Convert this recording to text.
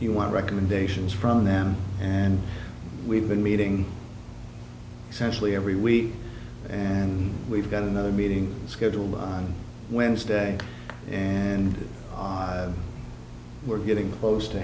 you want recommendations from them and we've been meeting specially every week and we've got another meeting scheduled on wednesday and we're getting close to